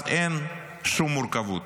אז אין שום מורכבות,